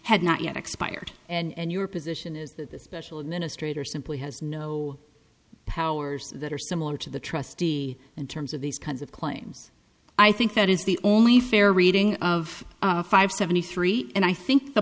had not yet expired and your position is that the special administrator simply has no powers that are similar to the trustee in terms of these kinds of claims i think that is the only fair reading of five seventy three and i think the